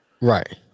Right